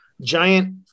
giant